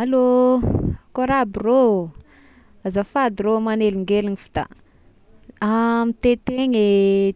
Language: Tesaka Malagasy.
Allo, akôry aby rôh, azafady rô manelingeligny fy da, mitete ny